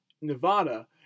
Nevada